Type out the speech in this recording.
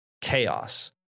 chaos